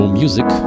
music